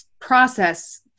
process